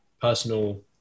personal